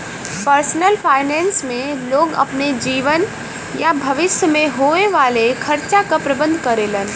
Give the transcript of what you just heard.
personal finance में लोग अपने जीवन या भविष्य में होये वाले खर्चा क प्रबंधन करेलन